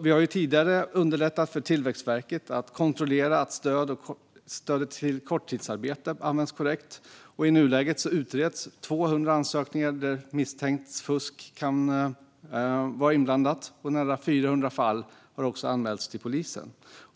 Vi har tidigare underlättat för Tillväxtverket att kontrollera att stödet till korttidsarbete används korrekt. I nuläget utreds 2 000 ansökningar där misstänkt fusk kan vara inblandat, och nära 400 fall har anmälts till polisen.